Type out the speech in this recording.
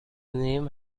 name